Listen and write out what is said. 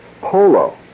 Polo